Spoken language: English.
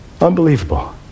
Unbelievable